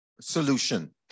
solution